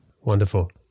Wonderful